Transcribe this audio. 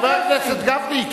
חבר הכנסת גפני.